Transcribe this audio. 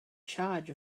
charge